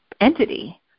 entity